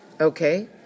Okay